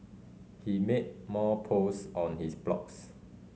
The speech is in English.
he made more post on his blogs